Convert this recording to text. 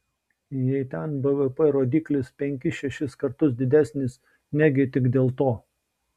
jei ten bvp rodiklis penkis šešis kartus didesnis negi tik dėl to